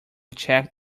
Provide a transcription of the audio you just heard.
check